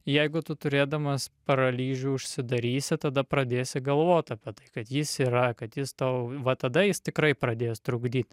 jeigu tu turėdamas paralyžių užsidarysi tada pradėsi galvot apie tai kad jis yra kad jis tau va tada jis tikrai pradės trukdyt